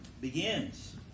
begins